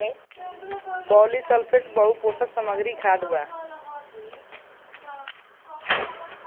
polysulphate बहुपोषक सामग्री खाद बा